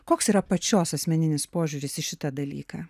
koks yra pačios asmeninis požiūris į šitą dalyką